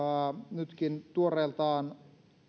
nytkin tuoreeltaan